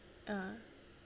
a'ah